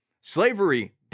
Slavery